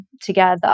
together